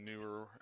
newer